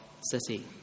city